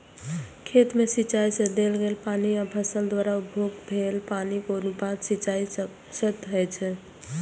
खेत मे सिंचाइ सं देल गेल पानि आ फसल द्वारा उपभोग कैल पानिक अनुपात सिंचाइ दक्षता होइ छै